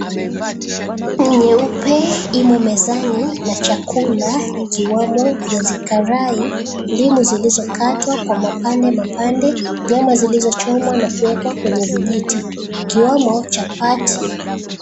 Sahani nyeupe imo mezani na chakula ikiwamo viazi karai, ndimu zilizokatwa kwa mapande mapande, nyama zilizochomwa na kuwekwa kwenye vijiti ikiwamo chapati.